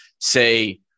say